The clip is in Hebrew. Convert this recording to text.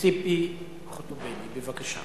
ציפי חוטובלי, בבקשה.